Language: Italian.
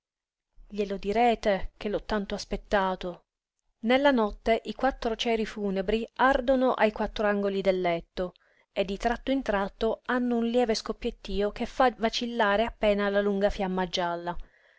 glielo direte che l'ho tanto aspettato nella notte i quattro ceri funebri ardono ai quattro angoli del letto e di tratto in tratto hanno un lieve scoppiettío che fa vacillare appena la lunga fiamma gialla